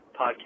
podcast